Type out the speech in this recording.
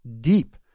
deep